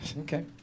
okay